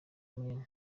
munini